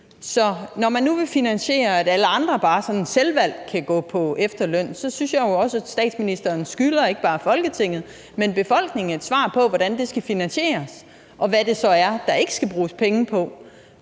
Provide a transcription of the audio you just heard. når man nu vil finansiere, at alle andre bare sådan selvvalgt kan gå på efterløn, synes jeg jo også, at statsministeren skylder ikke bare Folketinget, men også befolkningen, et svar på, hvordan det skal finansieres, og hvad det så er, der ikke skal bruges penge på.